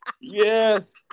Yes